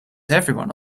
everyone